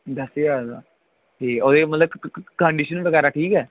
दस ज्हार दा ठीक ऐ ओह्दे च मतलब कन्डिशन बगैरा ठीक ऐ